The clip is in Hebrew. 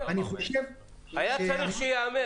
היה צריך שייאמר.